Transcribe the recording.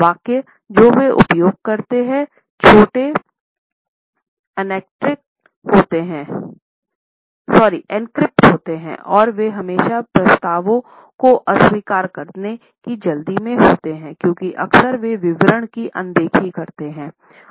वाक्य जो वे उपयोग करते हैं छोटे एन्क्रिप्ट होते हैं और वे हमेशा प्रस्तावों को अस्वीकार करने की जल्दी में होते हैं क्योंकि अक्सर वे विवरण की अनदेखी करते हैं